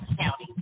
county